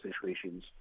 situations